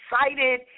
excited